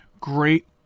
great